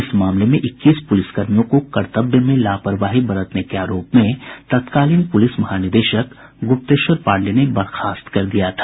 इस मामले में इक्कीस पुलिसकर्मियों को कर्तव्य में लापरवाही बरतने के आरोप में तत्कालीन पुलिस महानिदेशक गुप्तेश्वर पांडेय ने बर्खास्त कर दिया था